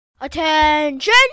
Attention